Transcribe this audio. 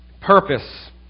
Purpose